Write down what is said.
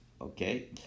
okay